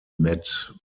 met